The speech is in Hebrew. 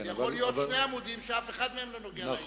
יכולים להיות שני עמודים שאף אחד מהם לא נוגע לעניין.